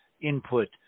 input